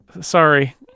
sorry